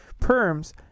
Perms